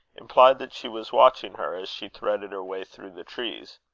implied that she was watching her as she threaded her way through the trees.